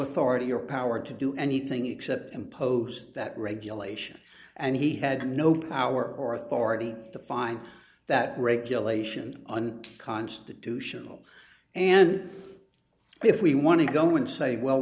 authority or power to do anything except impose that regulation and he had no power or authority to find that regulation and constitutional and if we want to go and say well